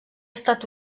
estat